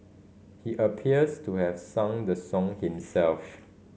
he appears to have sung the song himself